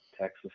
Texas